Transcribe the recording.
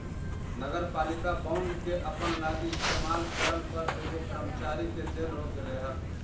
नगरपालिका बॉन्ड के अपना लागी इस्तेमाल करला पर एगो कर्मचारी के जेल हो गेलई हल